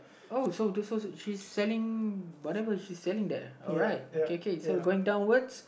oh so so she's selling whatever she is selling there alright okay K so going downwards